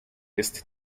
jest